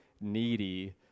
needy